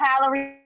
calories